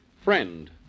Friend